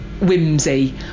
whimsy